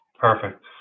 perfect